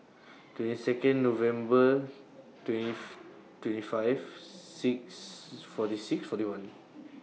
twenty Second November twentieth twenty five six forty six forty one